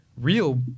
real